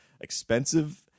expensive